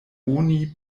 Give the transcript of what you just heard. oni